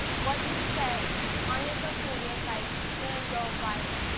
what you say on your social media site can go viral.